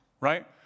Right